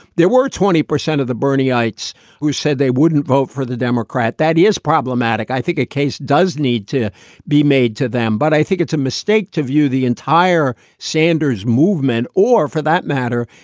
there were twenty percent of the bernie ites who said they wouldn't vote for the democrat. that is problematic. i think a case does need to be made to them. but i think it's a mistake mistake to view the entire sanders movement or for that matter,